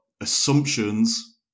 assumptions